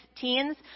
teens